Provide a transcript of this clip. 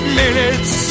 minutes